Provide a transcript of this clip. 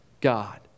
God